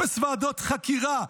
אפס ועדות חקירה.